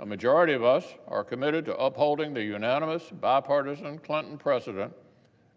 a majority of us are committed to upholding the unanimous, bipartisan clinton precedent